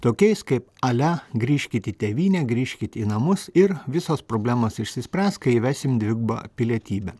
tokiais kaip ale grįžkit į tėvynę grįžkit į namus ir visos problemos išsispręs kai įvesim dvigubą pilietybę